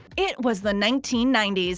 it was the nineteen ninety s.